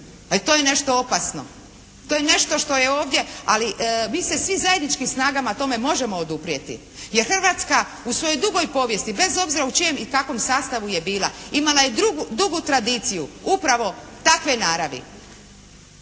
To je nešto opasno. To je nešto što je ovdje. Ali mi se svi zajedničkim snagama tome možemo oduprijeti. Jer Hrvatska u svojoj dugoj povijesti bez obzira u čijem i kakvom sastavu je bila, imala je dugu tradiciju upravo takve naravi,